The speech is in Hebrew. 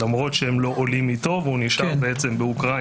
למרות שהם לא עולים איתו, והוא נשאר באוקראינה.